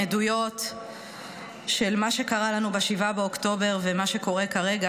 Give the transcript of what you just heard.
עדויות של מה שקרה לנו ב-7 באוקטובר ומה שקורה כרגע,